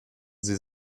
sie